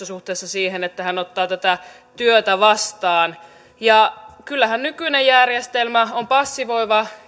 suhteessa siihen että hän ottaa tätä työtä vastaan kyllähän nykyinen järjestelmä on passivoiva